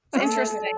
Interesting